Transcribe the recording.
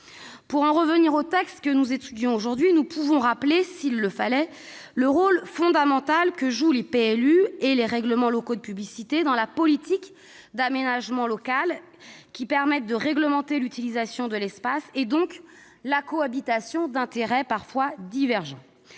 Pour en revenir au texte que nous étudions aujourd'hui, rappelons, s'il en était besoin, le rôle fondamental que jouent les PLU et les règlements locaux de publicité dans la politique d'aménagement local. Ils permettent de réglementer l'utilisation de l'espace et, donc, la cohabitation d'intérêts divergents.